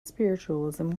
spiritualism